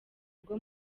urwo